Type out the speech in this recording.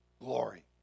glory